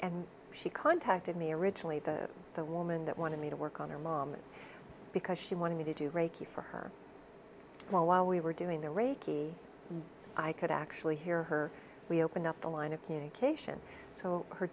and she contacted me originally the the woman that wanted me to work on her mom because she wanted me to do reiki for her while we were doing the reiki i could actually hear her we opened up the line of communication so her